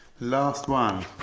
last one.